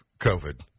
COVID